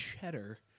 cheddar